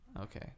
Okay